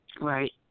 Right